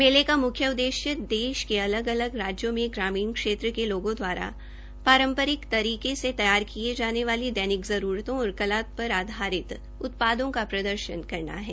मेले का मुख्य उद्देश्य देश के अलग अलग राज्यों में ग्रामीण क्षेत्र के लोगों द्वारा पारम्परिक तरीके से तैयार किये जाने वाले दैनिक जरूरतों और कला पर आधारित उत्पादों का प्रदर्शन करना है